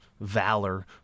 valor